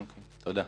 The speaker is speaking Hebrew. תודה.